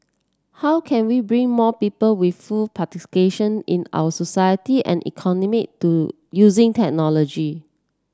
how can we bring more people with full participation in our society and economy to using technology